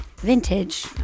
Vintage